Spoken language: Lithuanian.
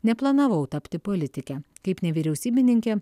neplanavau tapti politike kaip nevyriausybininkė